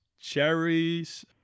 cherries